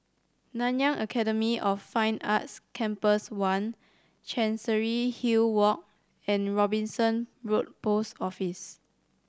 Nanyang Academy of Fine Arts Campus One Chancery Hill Walk and Robinson Road Post Office